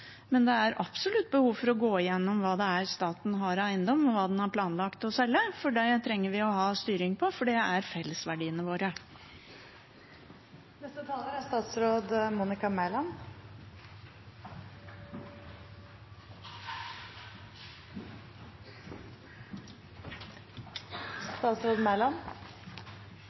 men det er absolutt behov for å gå igjennom hva staten har av eiendom, og hva den har planlagt å selge. Det trenger vi å ha styring på, for det er fellesverdiene våre.